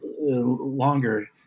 longer